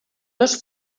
dos